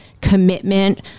commitment